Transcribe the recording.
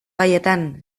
gaietan